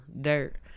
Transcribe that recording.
dirt